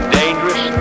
dangerous